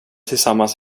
tillsammans